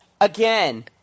Again